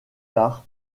tard